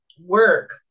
work